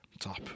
top